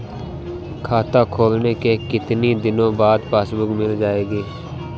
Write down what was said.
खाता खोलने के कितनी दिनो बाद पासबुक मिल जाएगी?